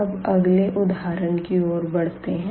अब अगले उदाहरण की ओर बढ़ते है